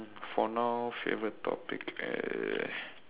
for now favorite topic uh